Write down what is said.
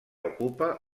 ocupa